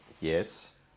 Yes